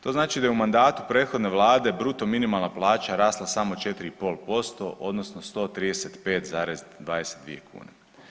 To znači da je u mandatu prethodne vlade bruto minimalna plaća rasla samo 4,5% odnosno 135,22 kune.